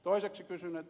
toiseksi kysyn